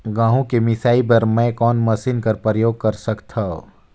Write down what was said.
गहूं के मिसाई बर मै कोन मशीन कर प्रयोग कर सकधव?